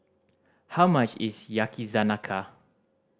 how much is Yakizakana